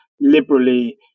liberally